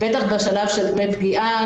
בטח בשלב של דמי פגיעה,